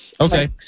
Okay